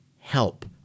help